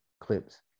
clips